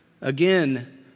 Again